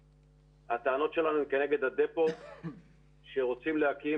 הטענות שלנו הן כנגד ה-דפו שרוצים להקים